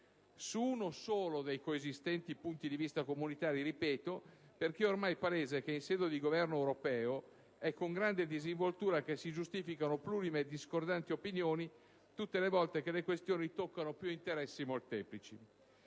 Su uno solo dei coesistenti punti di vista comunitari - lo ripeto - perché è ormai palese che, in sede di governo europeo, è con grande disinvoltura che si giustificano plurime e discordanti opinioni tutte le volte che le questioni toccano più interessi molteplici.